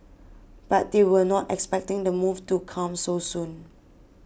but they were not expecting the move to come so soon